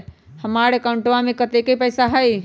हमार अकाउंटवा में कतेइक पैसा हई?